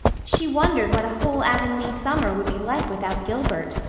she wondered what a whole avonlea summer would be like without gilbert.